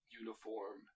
uniform